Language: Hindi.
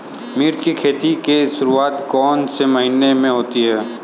मिर्च की खेती की शुरूआत कौन से महीने में होती है?